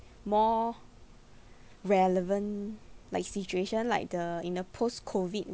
more relevant like situation like the in a post-COVID